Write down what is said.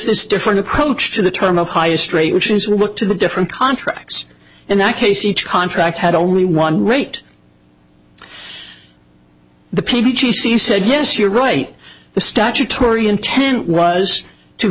this different approach to the term of highest rate which is we look to the different contracts in that case each contract had only one rate the p t c said yes you're right the statutory intent was to